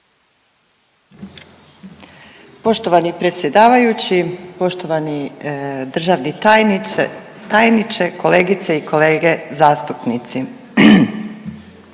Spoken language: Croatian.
Poštovani predsjedavajući, poštovani državni tajniče, kolegice i kolege zastupnici.